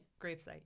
Gravesite